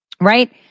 Right